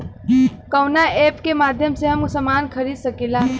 कवना ऐपके माध्यम से हम समान खरीद सकीला?